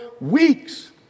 weeks